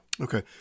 Okay